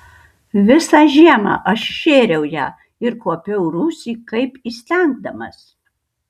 visą žiemą aš šėriau ją ir kuopiau rūsį kaip įstengdamas